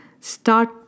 start